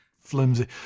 flimsy